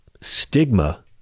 Stigma